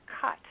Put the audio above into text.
cut